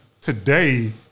today